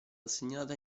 assegnata